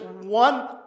one